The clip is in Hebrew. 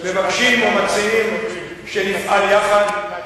מבקשים ומציעים שנפעל יחד, אתה חושב שארצות-הברית,